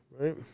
right